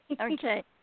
Okay